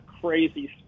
crazy